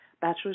bachelor's